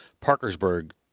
Parkersburg